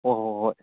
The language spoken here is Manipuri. ꯍꯣꯏ ꯍꯣꯏ ꯍꯣꯏ